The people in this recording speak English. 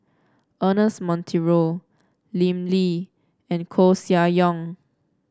Ernest Monteiro Lim Lee and Koeh Sia Yong